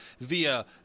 via